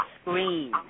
screen